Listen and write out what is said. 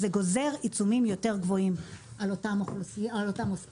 זה גוזר עיצומים יותר גבוהים על אותם עוסקים.